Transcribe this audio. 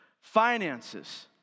finances